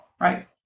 right